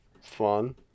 fun